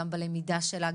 גם בלמידה שלה,